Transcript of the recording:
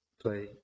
play